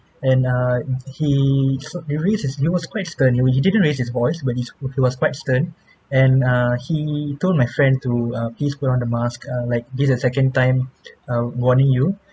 and err he's raise his he was quite stern he didn't raise his voice but he's he was quite stern and uh he told my friend to uh please put on a mask uh like this is a second time uh warning you